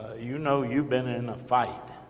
you know you've been in a fight,